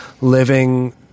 living